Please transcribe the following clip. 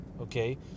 okay